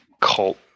cult